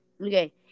okay